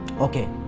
Okay